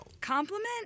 Compliment